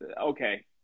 Okay